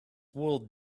wool